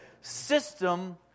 system